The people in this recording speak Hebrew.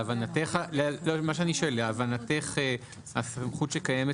מה שאני שואל הוא האם להבנתך הסמכות שקיימת